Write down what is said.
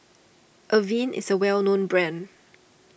Avene is a well known brand